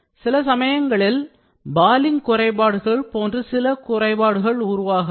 சில சமயங்களில் பாலிங்க் குறைபாடுகள் போன்று ஒரு சில குறைபாடுகள் உருவாகலாம்